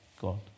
God